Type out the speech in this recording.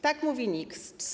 Tak mówi NIK.